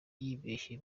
yibeshye